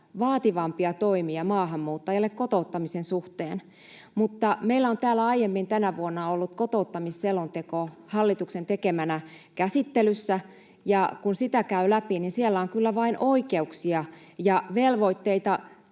vaativampia toimia maahanmuuttajille kotouttamisen suhteen. Mutta meillä on täällä aiemmin tänä vuonna ollut kotouttamisselonteko hallituksen tekemänä käsittelyssä, ja kun sitä käy läpi, siellä on kyllä vain oikeuksia ja velvoitteita